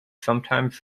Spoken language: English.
sometimes